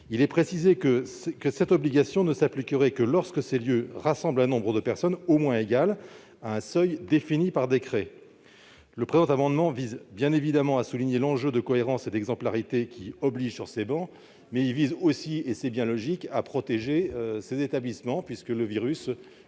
il est précisé que cette obligation ne s'appliquerait que lorsque ces lieux rassemblent un nombre de personnes au moins égal à un seuil défini par décret. Le présent amendement vise bien évidemment à souligner l'enjeu de cohérence et d'exemplarité qui nous oblige sur ces travées. Il vise aussi, et c'est bien logique, à protéger ces établissements, puisque le virus entre aussi au